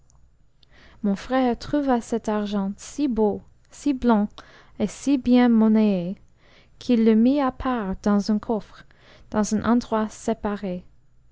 mon u'ëre trouva cet argent si beau si blanc et si bien monnaye qu'il le mit à part dans un coffre dans un endroit séparé